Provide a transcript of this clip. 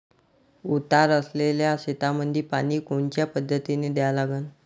उतार असलेल्या शेतामंदी पानी कोनच्या पद्धतीने द्या लागन?